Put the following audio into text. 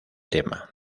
tema